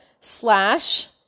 slash